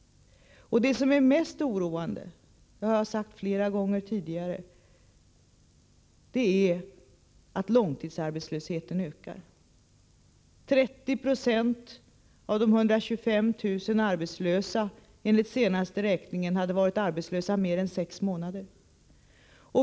Det som är mest oroande — och det har jag sagt flera gånger tidigare — är att långtidsarbetslösheten ökar. Enligt den senaste räkningen hade 30 90 av de 125 000 utan arbete varit arbetslösa mer än sex månader.